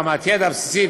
רמת ידע בסיסית,